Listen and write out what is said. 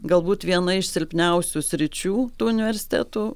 galbūt viena iš silpniausių sričių tų universitetų